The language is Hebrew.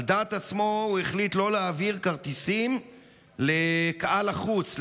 על דעת עצמו הוא החליט לא להעביר כרטיסים לקהל החוץ,